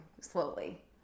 slowly